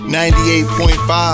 98.5